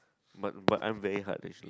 but but I'm very hard actually